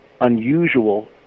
unusual